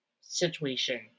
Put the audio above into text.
situation